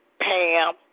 Pam